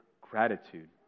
gratitude